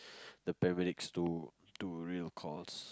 the paramedics to to real calls